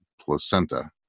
placenta